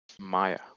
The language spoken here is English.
maya